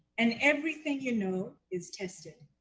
and everything you know is tested.